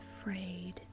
afraid